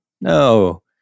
No